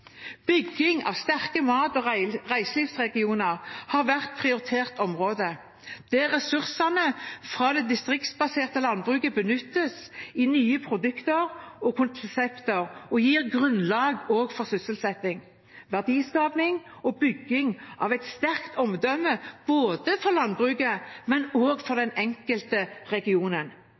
vært prioritert område, der ressursene fra det distriktsbaserte landbruket benyttes i nye produkter og konsepter og gir grunnlag også for sysselsetting, verdiskaping og bygging av et sterkt omdømme både for landbruket og for den enkelte